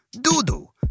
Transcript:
doo-doo